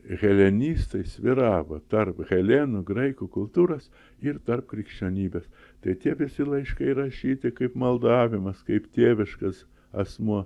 helenistai svyravo tarp helenų graikų kultūros ir tarp krikščionybės tai tie visi laiškai rašyti kaip maldavimas kaip tėviškas asmuo